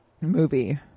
movie